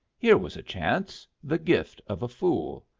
here was a chance, the gift of a fool.